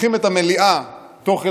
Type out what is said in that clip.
לקריאה ראשונה,